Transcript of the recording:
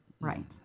right